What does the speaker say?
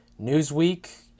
Newsweek